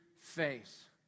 Face